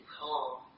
calm